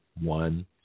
One